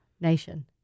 nation